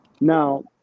Now